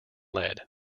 lead